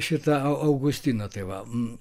šita augustino tai va